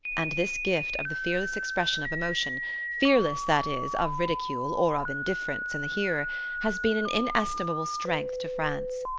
and this gift of the fearless expression of emotion fearless, that is, of ridicule, or of indifference in the hearer has been an inestimable strength to france.